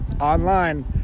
Online